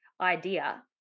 idea